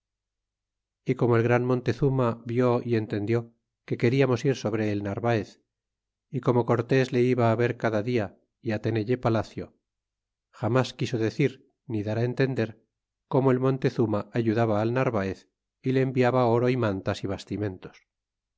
como el gran montezuma vió é entendió que queriamos ir sobre el narvaez como cortés le iba á ver cada dia é tenelle palacio jamás quiso decir ni dar entender como el adontezuma ayudaba al narvaez le enviaba oro é mantas é bastimentes